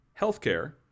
Healthcare